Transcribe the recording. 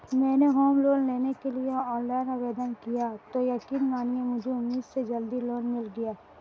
मैंने home loan लेने के लिए ऑनलाइन आवेदन किया तो यकीन मानिए मुझे उम्मीद से जल्दी लोन मिल गया